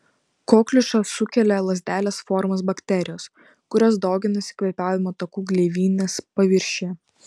kokliušą sukelia lazdelės formos bakterijos kurios dauginasi kvėpavimo takų gleivinės paviršiuje